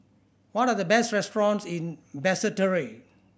what are the best restaurants in Basseterre